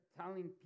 telling